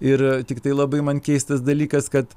ir tiktai labai man keistas dalykas kad